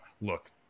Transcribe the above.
look